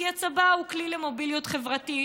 כי הצבא הוא כלי למוביליות חברתית,